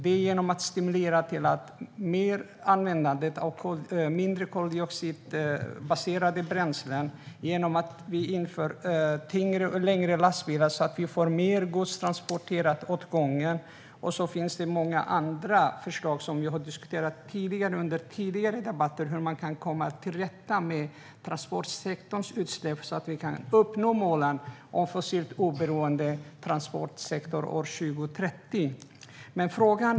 Vi vill stimulera till mer användande av mindre koldioxidbaserade bränslen och till att införa tyngre och längre lastbilar för att mer gods ska transporteras åt gången. Sedan finns det många andra förslag som vi har diskuterat tidigare om hur man ska kunna komma till rätta med transportsektorns utsläpp - detta för att vi ska uppnå målen om en fossilt oberoende transportsektor år 2030.